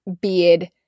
beard